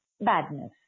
badness